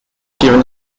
given